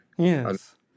Yes